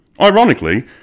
Ironically